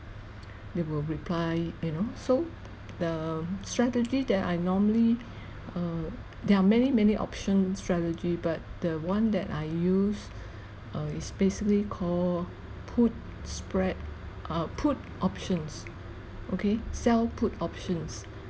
they will reply you know so the strategy that I normally uh there are many many option strategy but the one that I use uh is basically call put spread uh put options okay sell put options